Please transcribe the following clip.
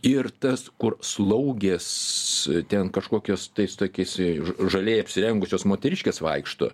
ir tas kur slaugės ten kažkokios tai su tokiais į ž žaliai apsirengusios moteriškės vaikšto